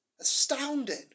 Astounding